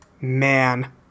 Man